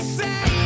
say